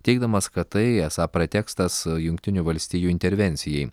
teigdamas kad tai esą pretekstas jungtinių valstijų intervencijai